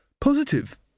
Positive